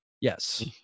Yes